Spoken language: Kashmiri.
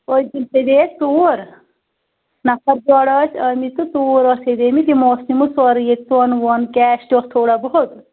پٔتۍ کِنۍ سیٚدے اَسہِ ژوٗر نَفر جورا ٲسۍ آمٕتۍ تہٕ ژوٗر ٲس سیٚدیمٕتۍ یِمو اوس نِمُت سورٕے ییٚتہِ سۄن وۄن کیش تہِ اوس تھوڑا بہت